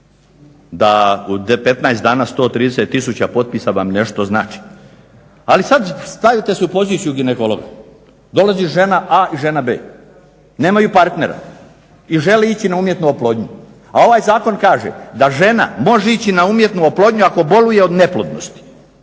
da u 15 dana 130 tisuća potpisa vam nešto znači. Ali sad stavite se u poziciju ginekologa. Dolazi žena A i žena B. Nemaju partnera i žele ići na umjetnu oplodnju. A ovaj zakon kaže da žena može ići na umjetnu oplodnju ako boluje od neplodnosti.